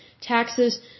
taxes